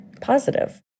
positive